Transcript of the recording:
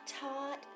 taught